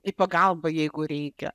į pagalbą jeigu reikia